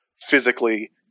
physically